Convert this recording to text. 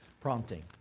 prompting